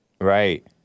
Right